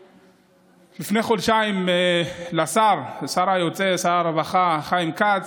לפני חודשיים אמרתי לשר היוצא, שר הרווחה חיים כץ,